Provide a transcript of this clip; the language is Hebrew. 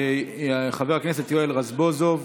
חבר הכנסת רזבוזוב,